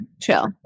Chill